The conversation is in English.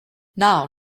now